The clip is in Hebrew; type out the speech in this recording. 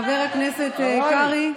אני, חבר הכנסת קרעי,